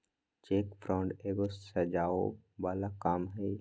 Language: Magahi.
चेक फ्रॉड एगो सजाओ बला काम हई